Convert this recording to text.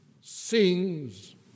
sings